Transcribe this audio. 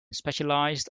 specialized